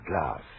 glass